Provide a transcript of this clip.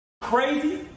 Crazy